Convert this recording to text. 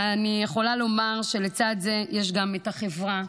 ואני יכולה לומר שלצד זה יש גם את החברה.